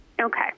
Okay